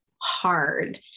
hard